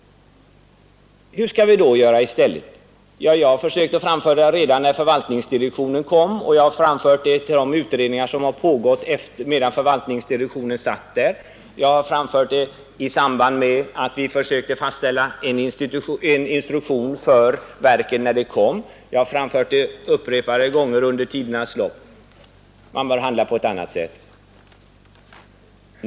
Hur skall vi då göra i stället? Ja, jag försökte redan när förvaltningsdirektionen inrättades framföra den meningen — och jag har framfört det till de utredningar som har pågått medan förvaltningsdirektionen satt där, jag har framfört det i samband med att vi försökte fastställa en instruktion för verken, jag har framfört det upprepade gånger under tidernas lopp — att man bör handla på ett annat sätt.